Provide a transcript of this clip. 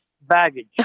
baggage